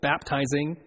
Baptizing